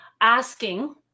asking